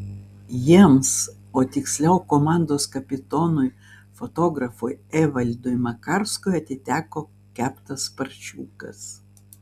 jiems o tiksliau komandos kapitonui fotografui evaldui makarskui atiteko keptas paršiukas